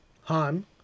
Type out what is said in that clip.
Han